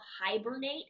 hibernate